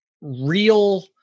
real